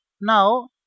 Now